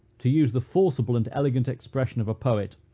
to use the forcible and elegant expression of a poet,